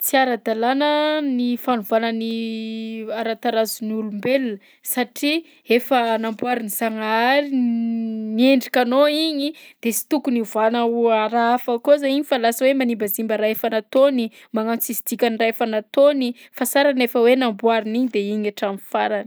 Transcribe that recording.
Tsy ara-dalàna ny fanovana ny ara-tarazon'ny olombelona satria efa namboarin'ny zagnahary ny endrikanao igny de sy tokony hiovana ho raha hafa koa zay iny fa lasa hoe manimbazimba raha efa nataony, magnano tsisy dikany raha efa nataony, fa sara ny efa hoe namboariny iny de iny hatramin'ny farany.